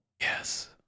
Yes